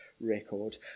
record